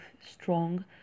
strong